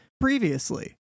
previously